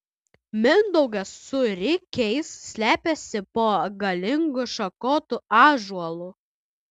mindaugas su rikiais slepiasi po galingu šakotu ąžuolu